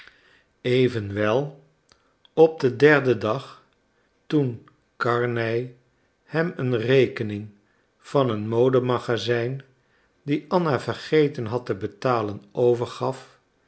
evenwel op den derden dag toen karnej hem een rekening van een modemagazijn die anna vergeten had te betalen overgaf